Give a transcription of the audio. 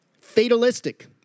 fatalistic